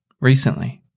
recently